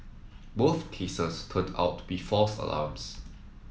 both cases turned out to be false alarms